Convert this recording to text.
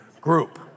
group